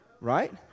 right